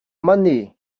money